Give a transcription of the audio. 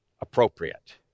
Appropriate